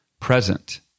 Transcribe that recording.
present